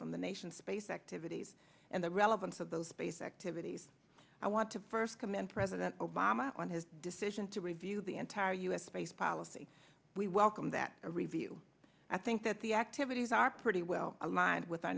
from the nation's space activities and the relevance of those basic tities i want to first commend president obama on his decision to review the entire u s space policy we welcome that review i think that the activities are pretty well aligned with our